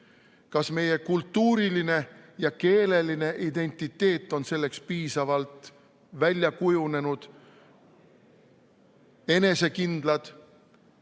Kas meie kultuuriline ja keeleline identiteet on selleks piisavalt välja kujunenud, enesekindel